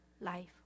life